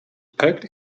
packed